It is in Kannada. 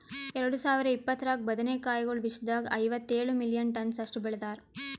ಎರಡು ಸಾವಿರ ಇಪ್ಪತ್ತರಾಗ ಬದನೆ ಕಾಯಿಗೊಳ್ ವಿಶ್ವದಾಗ್ ಐವತ್ತೇಳು ಮಿಲಿಯನ್ ಟನ್ಸ್ ಅಷ್ಟು ಬೆಳದಾರ್